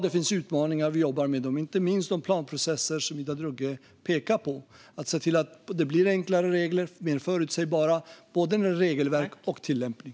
Det finns alltså utmaningar som vi jobbar med, inte minst de planprocesser som Ida Drougge pekar på och att se till att det blir enklare regler som är mer förutsägbara. Det gäller både regelverk och tillämpning.